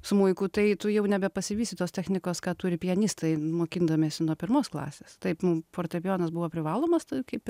smuiku tai tu jau nebepasivysi tos technikos ką turi pianistai mokindamiesi nuo pirmos klasės taip fortepijonas buvo privalomas kaip